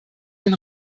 den